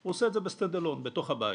הוא עושה את זה בתוך הבית.